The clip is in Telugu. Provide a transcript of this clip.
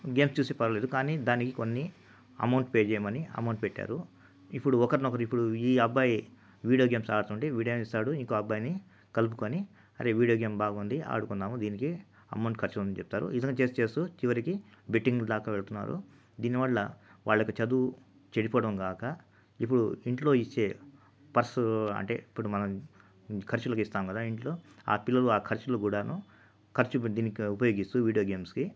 గేమ్స్ చూస్తే పర్లేదు కానీ దానికి కొన్ని అమౌంట్ పే చేయమని అమౌంట్ పెట్టారు ఇప్పుడు ఒకరినొకరు ఇప్పుడు ఈ అబ్బాయి వీడియో గేమ్స్ ఆడుతుంటే వీడు ఏం చేస్తాడు ఇంకో అబ్బాయిని కలుపుకొని అరే వీడియో గేమ్ బాగుంది ఆడుకుందాము దీనికి అమౌంట్ ఖర్చు ఉంటుంది అని చెప్తారు ఇవన్నీ చేస్తూ చివరికి బెట్టింగులు దాకా వెళ్తున్నారు దీనివల్ల వాళ్ళకు చదువు చెడిపోవడం కాక ఇప్పుడు ఇంట్లో ఇచ్చే పర్స్ అంటే ఇప్పుడు మనం ఖర్చులకు ఇస్తాం కదా ఇంట్లో ఆ పిల్లలు ఆ ఖర్చులు కూడాను ఖర్చుని దీనికి ఉపయోగిస్తూ వీడియో గేమ్స్కి